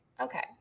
Okay